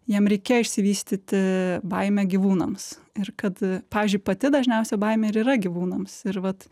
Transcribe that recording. jiem reikia išsivystyti baimę gyvūnams ir kad pavyzdžiui pati dažniausia baimė ir yra gyvūnams ir vat